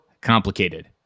complicated